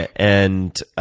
and